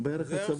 זה הערך הצבור,